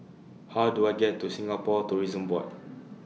How Do I get to Singapore Tourism Board